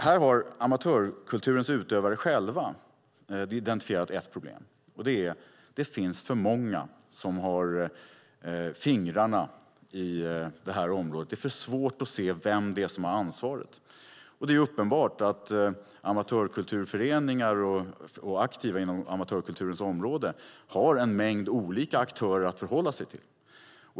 Här har amatörkulturens utövare själva identifierat ett problem, och det är: Det finns för många som har fingrarna i detta område. Det är för svårt att se vem det är som har ansvaret. Det är uppenbart att amatörkulturföreningar och aktiva inom amatörkulturens område har en mängd olika aktörer att förhålla sig till.